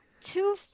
two